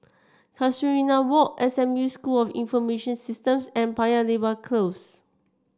Casuarina Walk S M U School of Information Systems and Paya Lebar Close